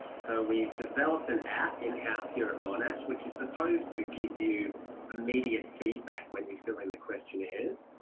so we've developed an app in-house here at monash which is supposed to give you immediate feedback when you fill in the questionnaires.